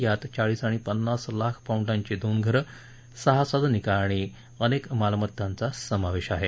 यात चाळीस आणि पन्नास लाख पौंडाची दोन घरं सहा सदनिका आणि अनेक मालमत्तांचा समावेश आहे